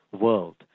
world